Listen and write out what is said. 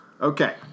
Okay